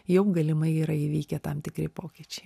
jau galimai yra įvykę tam tikri pokyčiai